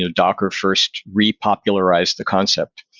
ah docker first re-popularized the concept.